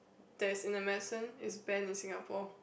that is in the medicine is ban in Singapore